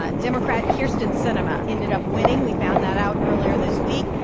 ah democrat kyrsten sinema ended up winning. we found that out earlier this week.